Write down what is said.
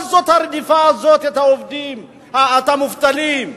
מה זאת הרדיפה הזאת את העובדים, את המובטלים?